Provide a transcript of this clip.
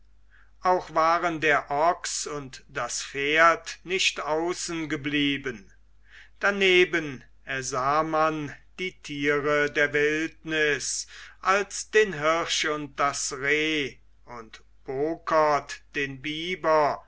auch waren der ochs und das pferd nicht außen geblieben daneben ersah man die tiere der wildnis als den hirsch und das reh und bokert den biber